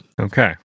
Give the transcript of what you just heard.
Okay